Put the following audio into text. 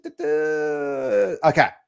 Okay